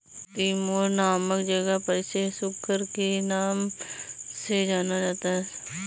Timor नामक जगह पर इसे सुकर के नाम से जाना जाता है